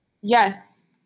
Yes